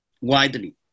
widely